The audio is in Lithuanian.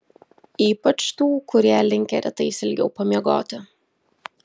ypač tų kurie linkę rytais ilgiau pamiegoti